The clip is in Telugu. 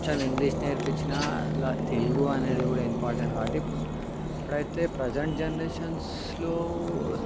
కొంచెం ఇంగ్లీష్ నేర్పించిన తెలుగు అనేది కూడా ఇంపార్టెంటే కాబట్టి ఇప్పుడైతే ప్రజెంట్ జనరేషన్స్లో